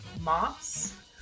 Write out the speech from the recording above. moss